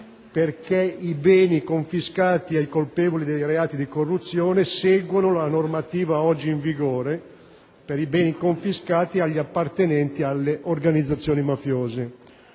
perché i beni confiscati ai colpevoli dei reati di corruzione seguano la normativa oggi in vigore per i beni confiscati agli appartenenti alle organizzazioni mafiose.